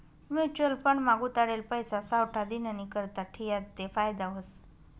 mutual fund मा गुताडेल पैसा सावठा दिननीकरता ठियात ते फायदा व्हस